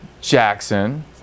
Jackson